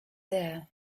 there